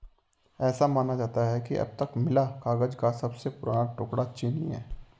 ऐसा माना जाता है कि अब तक मिला कागज का सबसे पुराना टुकड़ा चीनी है